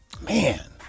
Man